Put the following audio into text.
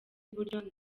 iburyo